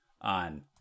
on